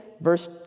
verse